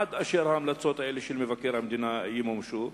עד אשר ההמלצות האלה של מבקר המדינה ימומשו.